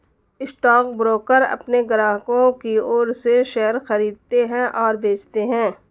stockbroker अपने ग्राहकों की ओर से शेयर खरीदते हैं और बेचते हैं